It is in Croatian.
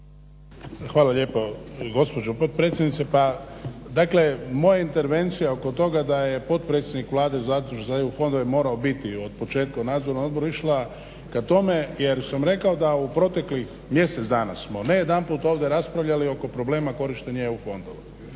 Hvala lijepo gospođo potpredsjednice. Pa dakle, moja intervencija oko toga da je potpredsjednik vlade u …/Govorni se ne razumije./… za EU fondove morao biti od početka u nadzornom odboru išla ka tome jer sam rekao da u proteklih mjesec dana, smo ne jedanput ovdje raspravljali oko problema korištenja EU fondova.